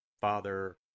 Father